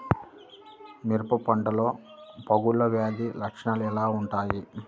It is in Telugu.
మిరప పంటలో ఫంగల్ వ్యాధి లక్షణాలు ఎలా వుంటాయి?